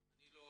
אני לא